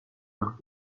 nach